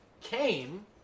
came